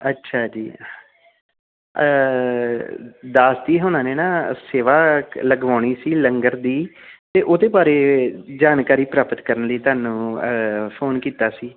ਅੱਛਾ ਜੀ ਦਾਸ ਜੀ ਹੁਣਾਂ ਨੇ ਨਾ ਸੇਵਾ ਲਗਵਾਉਣੀ ਸੀ ਲੰਗਰ ਦੀ ਅਤੇ ਉਹਦੇ ਬਾਰੇ ਜਾਣਕਾਰੀ ਪ੍ਰਾਪਤ ਕਰਨ ਲਈ ਤੁਹਾਨੂੰ ਫੋਨ ਕੀਤਾ ਸੀ